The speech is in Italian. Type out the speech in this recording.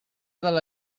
dalla